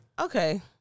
Okay